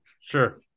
sure